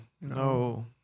No